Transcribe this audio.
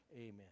amen